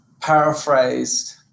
paraphrased